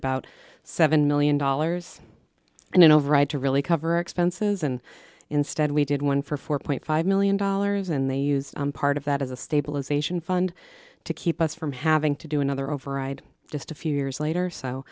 about seven million dollars and then over it to really cover expenses and instead we did one for four point five million dollars and they used part of that as a stabilization fund to keep us from having to do another override just a few years later so